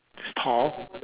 he's tall